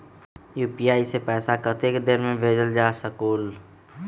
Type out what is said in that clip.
UPI से पैसा कतेक समय मे भेजल जा स्कूल?